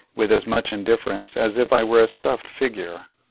with as much indifference as if i were a stuffed figure.